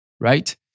right